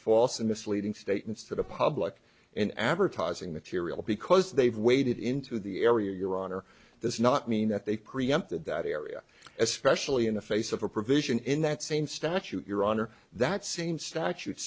and misleading statements to the public in advertising material because they've waded into the area your honor does not mean that they preempted that area especially in the face of a provision in that same statute your honor that same statute